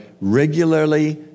regularly